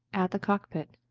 at the cock-pit.